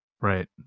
right